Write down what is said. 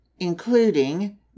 including